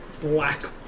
black